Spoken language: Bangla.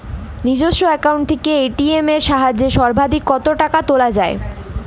নিজস্ব অ্যাকাউন্ট থেকে এ.টি.এম এর সাহায্যে সর্বাধিক কতো টাকা তোলা যায়?